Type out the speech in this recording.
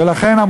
ולכן,